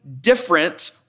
different